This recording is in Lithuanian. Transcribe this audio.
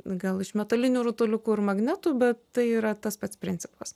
gal iš metalinių rutuliukų ir magnetų bet tai yra tas pats principas